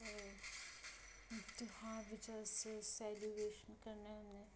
ध्यार बिच्च अस सैलीब्रेशन करने होन्ने